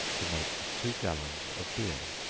to make two gallons of beer.